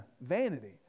vanity